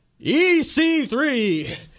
EC3